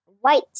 White